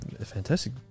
fantastic